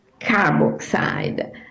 carboxide